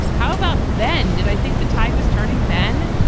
how about then? did i think the tide was turning then?